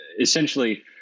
essentially